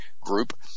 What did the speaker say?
group